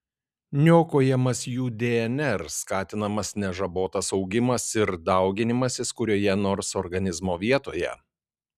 niokojamas jų dnr skatinamas nežabotas augimas ir dauginimasis kurioje nors organizmo vietoje